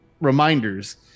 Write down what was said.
reminders